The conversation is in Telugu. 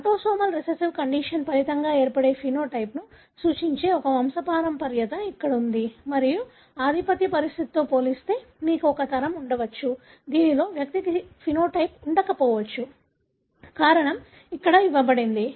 ఆటోసోమల్ రిసెసివ్ కండిషన్ ఫలితంగా ఏర్పడే ఫినోటైప్ను సూచించే ఒక వంశపారంపర్యత ఇక్కడ ఉంది మరియు ఆధిపత్య పరిస్థితితో పోలిస్తే మీకు ఒక తరం ఉండవచ్చు దీనిలో వ్యక్తికి సమలక్షణం ఉండకపోవచ్చు కారణం ఇక్కడ ఇవ్వబడింది